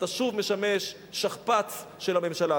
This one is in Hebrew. אתה שוב משמש שכפ"ץ של הממשלה.